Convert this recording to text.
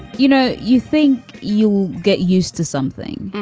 you know, you think you get used to something.